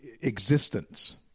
existence